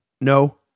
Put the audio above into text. No